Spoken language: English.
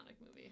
movie